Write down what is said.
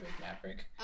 Maverick